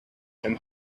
him